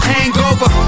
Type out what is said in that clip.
Hangover